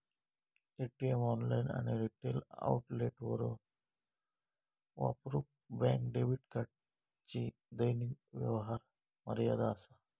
ATM, online आणि retail आउटलेटवर वापरूक बँक डेबिट कार्डची दैनिक व्यवहार मर्यादा असा